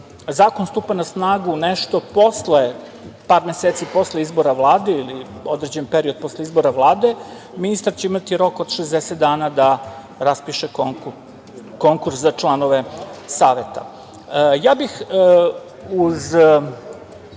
zakon stupa na snagu nešto posle par meseci, posle izbora Vlade ili određen period posle izbora Vlade, ministar će imati rok od 60 dana da raspiše konkurs za članove Saveta. Ja bih uz